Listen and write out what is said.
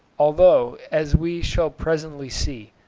although, as we shall presently see,